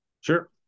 Sure